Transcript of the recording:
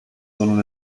sondern